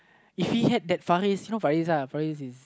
if he had that Faris you know FarisuhFaris is